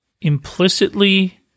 implicitly